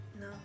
No